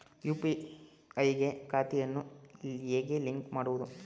UPI ಗೆ ಖಾತೆಯನ್ನು ಹೇಗೆ ಲಿಂಕ್ ಮಾಡುವುದು?